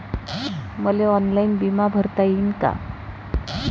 मले ऑनलाईन बिमा भरता येईन का?